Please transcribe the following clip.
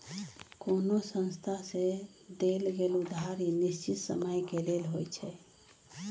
कोनो संस्था से देल गेल उधारी निश्चित समय के लेल होइ छइ